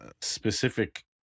specific